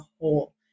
whole